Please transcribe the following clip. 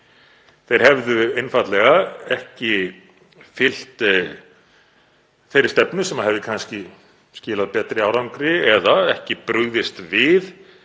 Þeir hefðu einfaldlega ekki fylgt þeirri stefnu sem hefði kannski skilað betri árangri eða ekki brugðist við